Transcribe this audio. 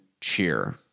cheer